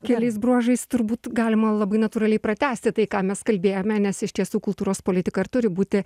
keliais bruožais turbūt galima labai natūraliai pratęsti tai ką mes kalbėjome nes iš tiesų kultūros politika ir turi būti